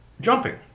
jumping